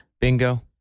Bingo